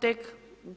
Tek